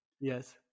yes